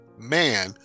man